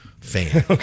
fan